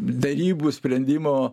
derybų sprendimo